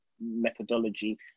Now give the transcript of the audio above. methodology